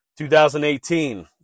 2018